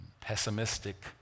pessimistic